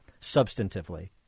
substantively